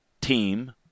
team